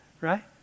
Right